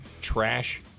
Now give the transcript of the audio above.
Trash